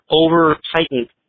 over-tightened